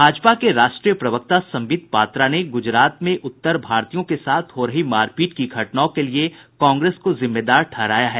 भाजपा के राष्ट्रीय प्रवक्ता संबित पात्रा ने गुजरात में उत्तर भारतीयों के साथ हो रही मारपीट की घटनाओं के लिए कांग्रेस को जिम्मेदार ठहराया है